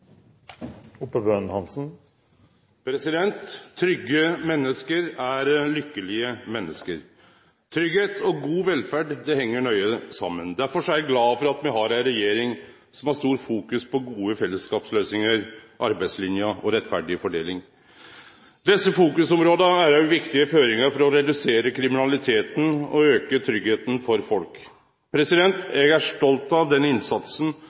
holdt for narr. Trygge menneske er lykkelege menneske. Tryggleik og god velferd heng nøye saman. Derfor er eg glad for at me har ei regjering som har stort fokus på gode fellesskapsløysingar, arbeidslinja og rettferdig fordeling. Desse fokusområda er også viktige føringar for å redusere kriminaliteten og auke tryggleiken for folk. Eg er stolt av den innsatsen